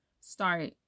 start